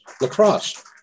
lacrosse